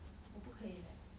我不可以 leh